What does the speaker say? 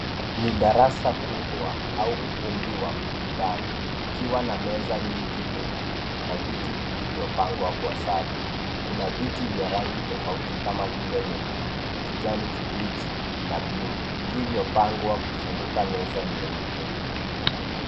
Ni darasa kubwa au ukumbi wa mikutano ukiwa na meza nyingi ndefu na viti vilivyopangwa kwa safu. Kuna viti vya rangi tofauti kama vile nyekundu, kijani kibichi na buluu vilivyopangwa kuzunguka meza nyeupe.